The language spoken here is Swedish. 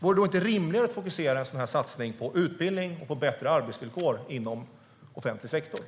Vore det inte rimligare att fokusera en sådan här satsning på utbildning och bättre arbetsvillkor inom offentlig sektor?